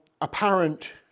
apparent